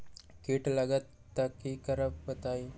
कीट लगत त क करब बताई?